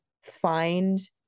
find